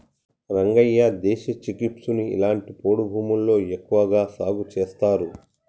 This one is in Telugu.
రంగయ్య దేశీ చిక్పీసుని ఇలాంటి పొడి భూముల్లోనే ఎక్కువగా సాగు చేస్తారు